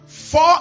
four